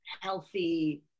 healthy